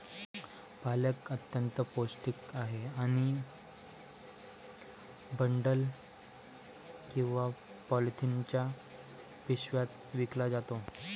पालक अत्यंत पौष्टिक आहे आणि बंडल किंवा पॉलिथिनच्या पिशव्यात विकला जातो